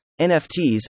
NFTs